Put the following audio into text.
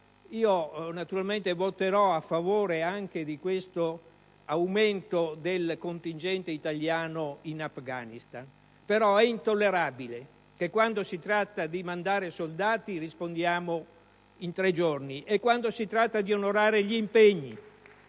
Io naturalmente voterò a favore anche di questo aumento del contingente italiano in Afghanistan, però è intollerabile che quando si tratta di mandare soldati rispondiamo in tre giorni e quando si tratta di onorare gli impegni